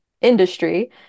industry